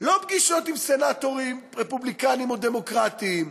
לא פגישות עם סנאטורים רפובליקנים או דמוקרטים,